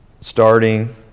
Starting